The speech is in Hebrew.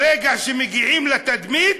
ברגע שמגיעים לתדמית,